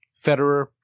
Federer